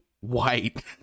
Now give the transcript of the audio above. white